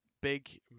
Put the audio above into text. big